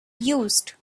used